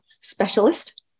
specialist